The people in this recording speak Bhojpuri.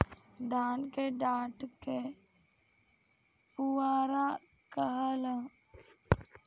धान के डाठ के पुआरा कहाला